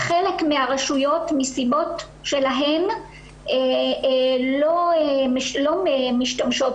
חלק מהראשויות מסיבות שלהן לא משתמשות